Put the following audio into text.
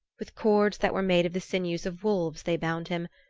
with cords that were made of the sinews of wolves they bound him,